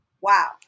Wow